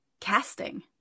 casting